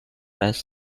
best